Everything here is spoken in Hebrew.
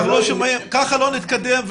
כך לא נתקדם.